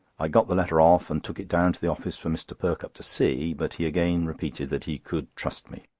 i got the letter off, and took it down to the office for mr. perkupp to see, but he again repeated that he could trust me.